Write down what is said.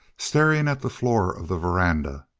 staring at the floor of the veranda,